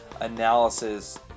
analysis